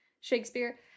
Shakespeare